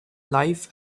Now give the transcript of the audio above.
life